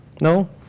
No